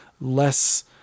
less